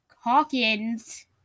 Hawkins